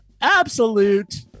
absolute